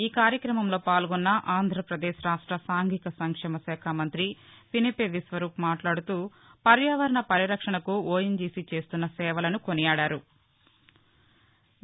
ఈ కార్యక్రమంలో పాల్గొన్న ఆంధ్రప్రదేశ్ రాష్ట సాంఘిక సంక్షేమ శాఖ మంతి పినిపే విశ్వరూప్ మాట్లాడుతూ పర్యావరణ పరిరక్షణకు ఓఎన్జీసీ చేస్తున్న సేవలను కొనియాడారు